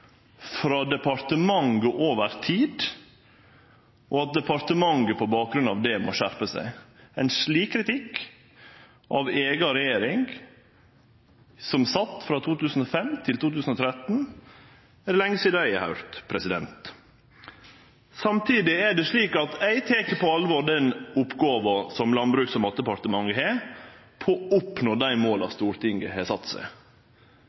frå departementet over tid, og at departementet på bakgrunn av det må skjerpe seg. Ein slik kritikk av eiga regjering, som sat frå 2005 til 2013, er det lenge sidan eg har høyrt. Samtidig er det slik at eg tek på alvor den oppgåva som Landbruks- og matdepartementet har, om å nå dei måla Stortinget har sett seg.